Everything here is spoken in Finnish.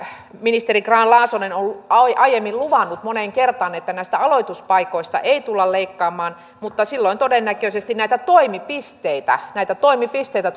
ministeri grahn laasonen on aiemmin luvannut moneen kertaan että näistä aloituspaikoista ei tulla leikkaamaan mutta silloin todennäköisesti näitä toimipisteitä näitä toimipisteitä